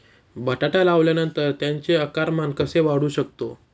बटाटा लावल्यानंतर त्याचे आकारमान कसे वाढवू शकतो?